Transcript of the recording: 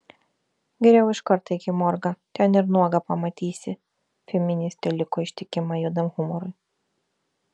geriau iškart eik į morgą ten ir nuogą pamatysi feministė liko ištikima juodam humorui